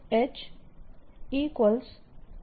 M આપે છે